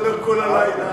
צריך לדבר כל הלילה,